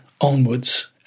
onwards